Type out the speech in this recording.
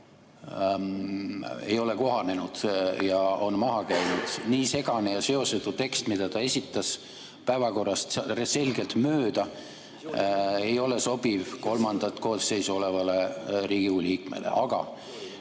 ei ole kohanenud ja on maha käinud. Nii segane ja seosetu tekst, mida ta esitas, päevakorrast selgelt mööda, ei ole sobiv kolmandat koosseisu olevale Riigikogu liikmele. Aga